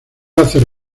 hacer